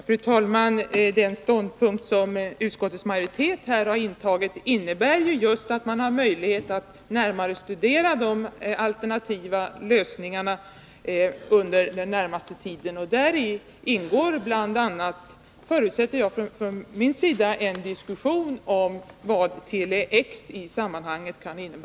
Fru talman! Den ståndpunkt utskottets majoritet intagit innebär att man har möjlighet att närmare studera de alternativa lösningarna under den närmaste tiden. Däri ingår bl.a. — förutsätter jag från min sida — en Nr 51 diskussion om vad Tele X kan innebära i sammanhanget. Tisdagen den